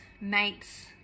mates